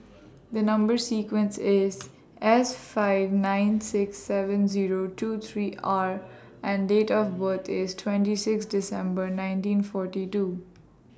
The Number sequence IS S five nine six seven Zero two three R and Date of birth IS twenty six December nineteen forty two